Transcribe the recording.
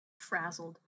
frazzled